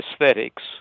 aesthetics